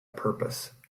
purpose